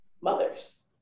mothers